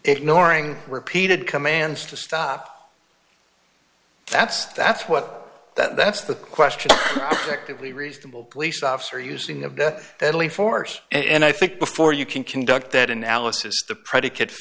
ignoring repeated commands to stop that's that's what that's the question of actively reasonable police officer using of death deadly force and i think before you can conduct that analysis the predicate